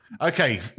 Okay